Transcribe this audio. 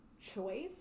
choice